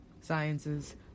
sciences